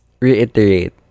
reiterate